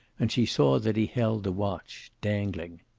and she saw that he held the watch, dangling.